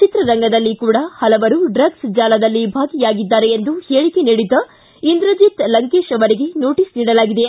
ಚಿತ್ರರಂಗದಲ್ಲಿ ಕೂಡ ಹಲವರು ಡ್ರಗ್ ಜಾಲದಲ್ಲಿ ಭಾಗಿಯಾಗಿದ್ದಾರೆ ಎಂದು ಹೇಳಿಕೆ ನೀಡಿದ್ದ ಇಂದ್ರಜಿತ್ ಲಂಕೇಶ್ ಅವರಿಗೆ ನೋಟಿಸ್ ನೀಡಲಾಗಿದೆ